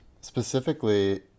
specifically